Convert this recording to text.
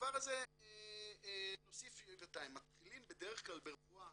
הדבר הזה נוסיף --- מתחילים בדרך כלל ברפואה,